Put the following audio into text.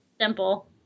simple